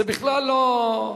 זה בכלל לא,